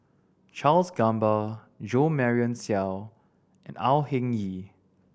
Charles Gamba Jo Marion Seow and Au Hing Yee